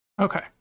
Okay